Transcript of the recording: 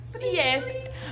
Yes